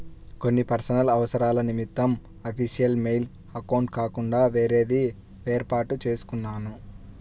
కొన్ని పర్సనల్ అవసరాల నిమిత్తం అఫీషియల్ మెయిల్ అకౌంట్ కాకుండా వేరేది వేర్పాటు చేసుకున్నాను